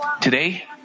today